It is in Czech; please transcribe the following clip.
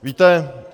Víte...